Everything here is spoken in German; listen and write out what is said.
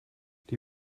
die